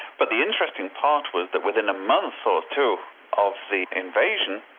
but the interesting part was that within a month or two of the invasion,